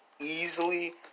easily